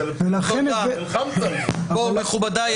--- מכובדיי,